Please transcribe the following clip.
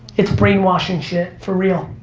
it's brainwashing shit, for real.